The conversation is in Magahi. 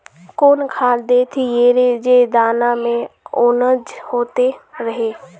कौन खाद देथियेरे जे दाना में ओजन होते रेह?